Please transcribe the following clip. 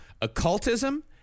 occultism